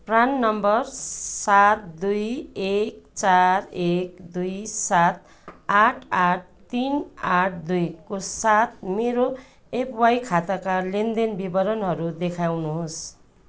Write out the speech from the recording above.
PRAN number सात दुई एक चार एक दुई सात आठ आठ तिन आठ दुईको साथ मेरो एपिवाई खाताका लेनदेन विवरणहरू देखाउनुहोस्